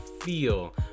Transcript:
feel